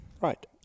Right